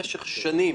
במשך שנים,